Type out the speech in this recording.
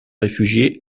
réfugier